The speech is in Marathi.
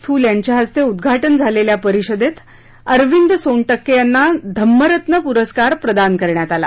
थूल यांच्या हस्ते उद्घाटन झालेल्या परिषदेत अरविंद सोनटक्के यांना धम्मरत्न पुरस्कार प्रदान करण्यात आला